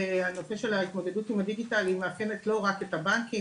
הנושא של התמודדות עם הדיגיטל זו בעיה שמאפיינת לא רק את הבנקים,